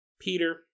Peter